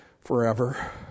forever